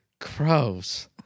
Gross